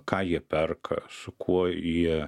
ką jie perka su kuo jie